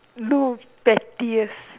no pettiest